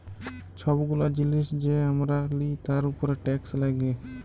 ছব গুলা জিলিস যে আমরা লিই তার উপরে টেকস লাগ্যে